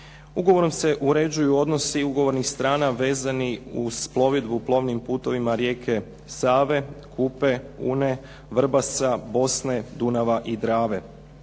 Ugovorom se uređuju odnosi ugovornih strana vezani uz plovidbu plovnim putovima rijeke Save, Kupe, Une, Vrbasa, Bosne, Dunava i Drave,